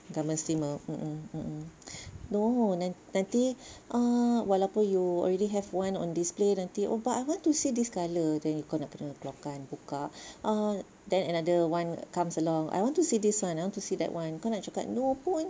garment steamer mm mm no nanti uh walaupun you already have one on display nanti oh I want to see this colour then kau kena keluar kan buka ah then another one comes along I want to see this one ah I want to see that one kau nak cakap no pun